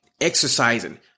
exercising